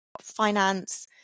finance